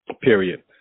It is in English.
period